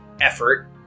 effort